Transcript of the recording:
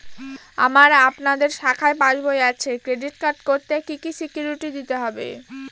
আমার আপনাদের শাখায় পাসবই আছে ক্রেডিট কার্ড করতে কি কি সিকিউরিটি দিতে হবে?